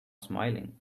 smiling